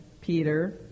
peter